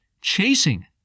chasing